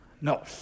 No